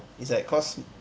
it's like cause